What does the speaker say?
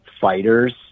fighters